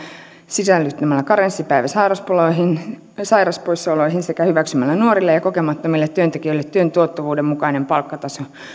sisällyttämällä karenssipäivä sairauspoissaoloihin sairauspoissaoloihin sekä hyväksymällä nuorille ja kokemattomille työntekijöille työn tuottavuuden mukainen palkkataso